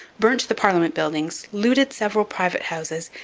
burnt the parliament buildings, looted several private houses,